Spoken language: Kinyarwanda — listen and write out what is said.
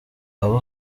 abo